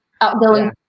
outgoing